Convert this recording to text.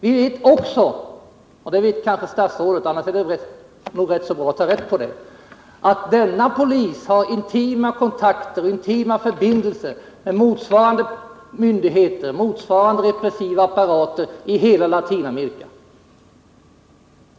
Vi och också statsrådet vet — om statsrådet inte vet går det bra att ta reda på det — att denna polis har intima kontakter och förbindelser med motsvarande myndigheter och repressiva apparater i hela Latinamerika.